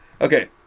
Okay